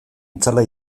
itzala